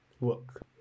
work